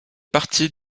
partie